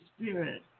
Spirit